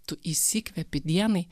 tu įsikvėpi dienai